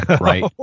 Right